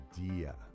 idea